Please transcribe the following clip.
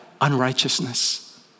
unrighteousness